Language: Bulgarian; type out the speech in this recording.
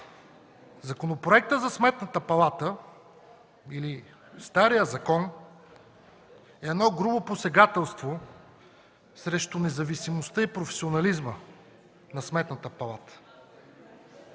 Законопроектът за Сметната палата или старият закон е едно грубо посегателство срещу независимостта и професионализма на Сметната палата.